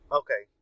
okay